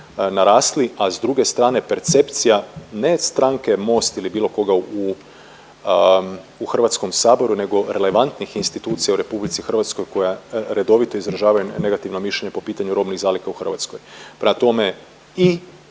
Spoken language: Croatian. narasli, a s druge strane, percepcija ne stranke Most ili bilo koga u Hrvatskom saboru nego relevantnih institucija u RH koja redovito izražavaju negativno mišljenje po pitanju robnih zaliha u Hrvatskoj,